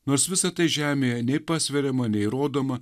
nors visa tai žemėje nei pasveriama nei rodoma